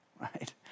right